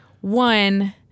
One